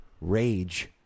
rage